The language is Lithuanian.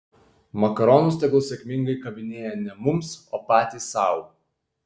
makaronus tegul sėkmingai kabinėja ne mums o patys sau